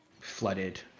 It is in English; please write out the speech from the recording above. flooded